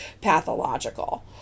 pathological